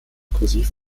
kursiv